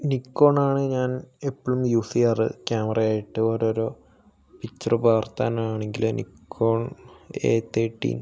Nikon ആണ് ഞാൻ എപ്പോളും യൂസ് ചെയ്യാറ് ക്യാമറ ആയിട്ട് ഓരോരോ പിക്ചർ പകർത്താൻ ആണെങ്കിലും നികോൺ എ തേർട്ടീൻ